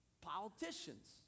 politicians